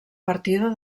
partida